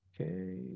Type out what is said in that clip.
Okay